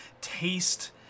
taste